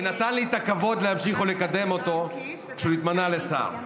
ונתן לי את הכבוד להמשיך לקדם אותו כשהוא התמנה לשר.